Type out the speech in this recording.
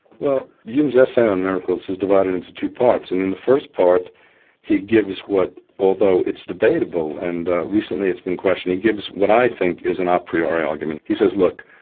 well, hume's essay on miracles is divided into two parts, and in the first part he gives what although it's debatable, and recently it's been questioned he gives what i think is an a ah priori argument. he says, look,